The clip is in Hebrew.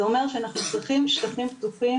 זה אומר שאנחנו צריכים שטחים פתוחים